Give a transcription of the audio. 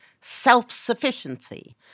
self-sufficiency